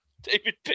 David